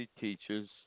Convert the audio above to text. teaches